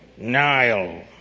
Nile